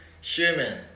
human